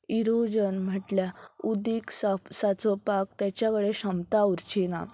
erosion म्हटल्यार उदीक स सांचोवपाक तेच्या कडेन क्षमता उरची ना